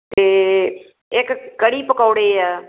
ਅਤੇ ਇੱਕ ਕੜ੍ਹੀ ਪਕੌੜੇ ਆ